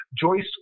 Joyce